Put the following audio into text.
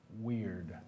Weird